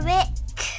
Rick